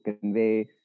convey